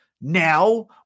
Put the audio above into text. Now